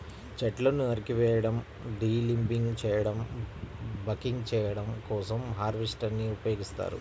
చెట్లను నరికివేయడం, డీలింబింగ్ చేయడం, బకింగ్ చేయడం కోసం హార్వెస్టర్ ని ఉపయోగిస్తారు